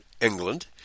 England